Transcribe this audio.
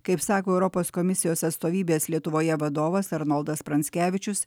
kaip sako europos komisijos atstovybės lietuvoje vadovas arnoldas pranckevičius